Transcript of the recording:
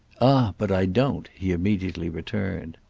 ah but i don't! he immediately returned.